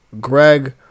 Greg